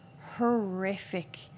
horrific